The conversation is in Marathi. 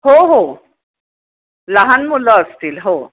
हो हो लहान मुलं असतील हो